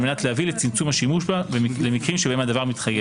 על מנת להביא לצמצום השימוש בה למקרים בהם הדבר מתחייב.